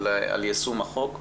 דיון על יישום החוק.